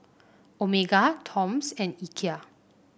Omega Toms and Ikea